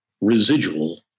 residual